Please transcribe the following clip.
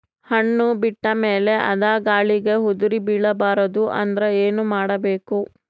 ಹಣ್ಣು ಬಿಟ್ಟ ಮೇಲೆ ಅದ ಗಾಳಿಗ ಉದರಿಬೀಳಬಾರದು ಅಂದ್ರ ಏನ ಮಾಡಬೇಕು?